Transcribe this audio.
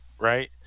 right